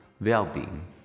well-being